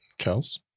Kels